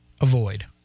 avoid